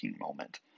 moment